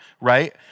right